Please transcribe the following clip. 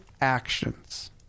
actions